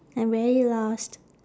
I'm very lost